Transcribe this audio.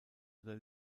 oder